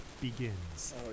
begins